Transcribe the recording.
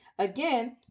Again